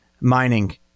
mining